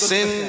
Sin